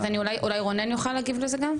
אז אולי רונן יוכל להגיב לזה גם?